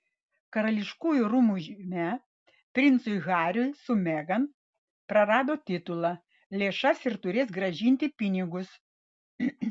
karališkųjų rūmų žinia princui hariui su megan prarado titulą lėšas ir turės grąžinti pinigus